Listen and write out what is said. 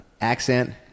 accent